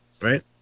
right